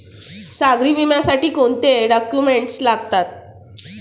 सागरी विम्यासाठी कोणते डॉक्युमेंट्स लागतात?